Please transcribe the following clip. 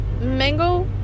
mango